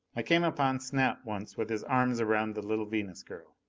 i came upon snap once with his arms around the little venus girl.